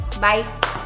Bye